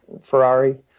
Ferrari